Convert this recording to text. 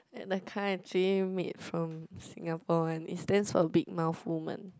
and the car actually made from Singapore one it stands for big mouth woman